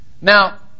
Now